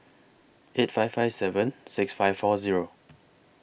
eight five five seven six five four Zero